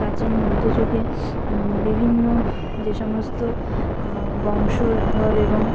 প্রাচীন মধ্যযুগে বিভিন্ন যে সমস্ত বংশধর এবং